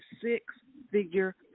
six-figure